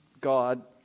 God